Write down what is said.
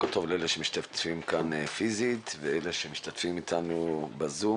בוקר טוב לאלה שמשתתפים פיזית ולאלה שמשתתפים איתנו בזום